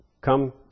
come